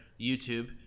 YouTube